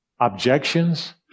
objections